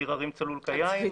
אוויר הרים צלול כיין.